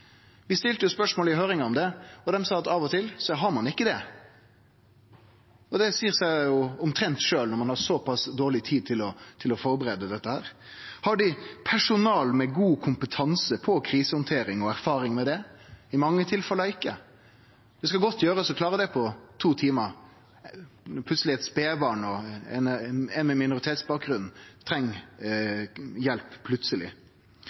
Vi stilte spørsmål om det i høyringa, og dei sa at av og til har ein ikkje det. Det seier seg omtrent sjølv når ein har så pass dårleg tid til å førebu dette. Har dei personale med god kompetanse innan krisehandtering og erfaring med det? I mange tilfelle ikkje. Det skal godt gjerast å klare det på to timar – når det er eit spedbarn eller ein med minoritetsbakgrunn som treng hjelp plutseleg.